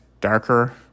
darker